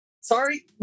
Sorry